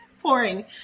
pouring